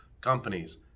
companies